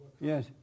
Yes